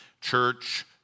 church